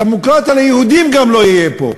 דמוקרטיה ליהודים גם לא יהיה פה,